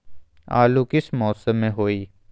आलू किस मौसम में होई?